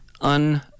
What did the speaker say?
un